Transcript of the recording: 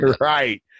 Right